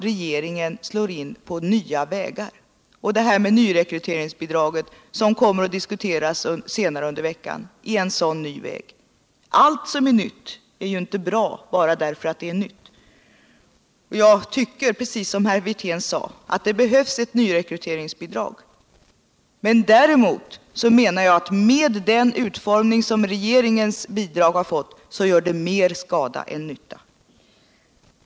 regeringen slår in på nya vägar. Detta med nyrekryteringsbidraget, som kommer att diskuteras senare under veckan, är en sådan ny väg. Allt som är nytt är ju inte bra bara därför att det är nytt. Jag tycker, precis som herr Wirtén sade, att det behövs ett nyrekryteringsbidrag, men däremot menar jag att bidraget med den utformning som det fått enligt regeringens förslag gör mer skada än nytta.